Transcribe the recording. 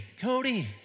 Cody